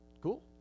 cool